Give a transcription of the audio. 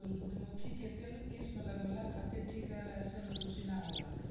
सुजरमुखी के तेल केस में लगावे खातिर ठीक रहेला एसे रुसी भी ना होला